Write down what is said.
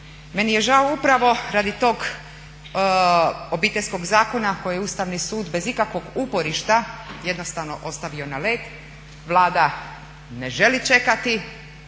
Meni je žao upravo radi tog Obiteljskog zakona koji je Ustavni sud bez ikakvog uporišta jednostavno ostavio na led. Vlada ne želi čekati